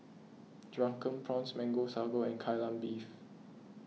Drunken Prawns Mango Sago and Kai Lan Beef